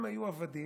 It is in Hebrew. הם היו עבדים,